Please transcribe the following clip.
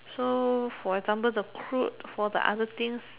so for example the crud for the other things